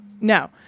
No